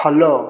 follow